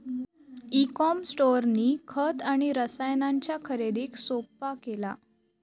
E com स्टोअरनी खत आणि रसायनांच्या खरेदीक सोप्पा केला